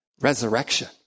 resurrection